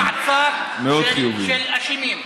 על המעצר של אשמים.